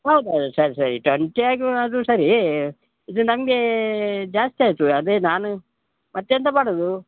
ಹೌದಲ್ಲ ಸರ್ ಸರಿ ಟ್ವಂಟಿ ಆಗು ಆದ್ರೂ ಸರಿ ಇದು ನಂಗೆ ಜಾಸ್ತಿ ಆಗ್ತದೆ ಅದೇ ನಾನು ಮತ್ತೆಂತ ಮಾಡೋದು